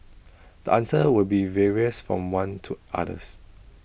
the answer will be various from one to others